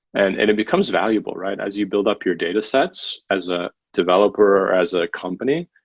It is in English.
and it it becomes valuable, right? as you build up your datasets as a developer or as a company,